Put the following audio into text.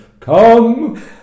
come